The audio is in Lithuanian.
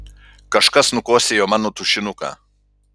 kažkas nukosėjo mano tušinuką